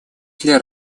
для